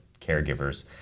caregivers